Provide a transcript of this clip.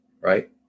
Right